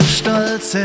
stolz